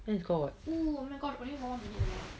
then it's called what